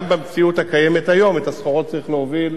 גם במציאות הקיימת היום, את המסילות צריך להוביל,